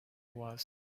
was